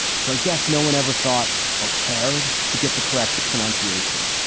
so i guess no one ever thought or cared to get the correct pronunciation.